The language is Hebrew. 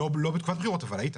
לא בתקופת בחירות, אבל היית.